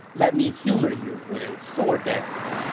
let me humor you with a sword dance.